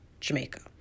Jamaica